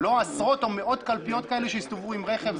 לא עשרות או מאות קלפיות כאלה שיסתובבו עם רכב.